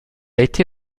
été